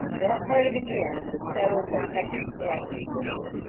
that part of indiana was settled by second adventists,